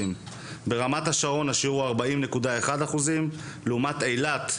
ברמת השרון השיעור הוא 40.1% לעומת אילת,